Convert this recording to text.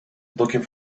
looking